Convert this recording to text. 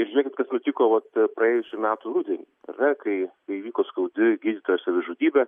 ir žiūrėkit kas nutiko vat praėjusių metų rudenį ar ne kai kai įvyko skaudi gydytojo savižudybė